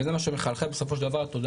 וזה מה שמחלחל בסופו של דבר לתודעה.